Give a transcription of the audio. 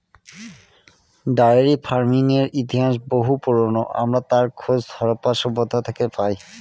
diary ফার্মিংয়ের ইতিহাস বহু পুরোনো, আমরা তার খোঁজ হরপ্পা সভ্যতা থেকে পাই